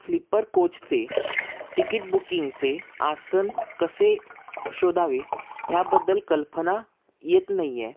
sleeper कोचचे ticket बुकिंगचे आसन कसे शोधावे ह्याबद्दल कल्पना येत नाही आहे